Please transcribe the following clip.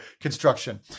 construction